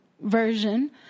version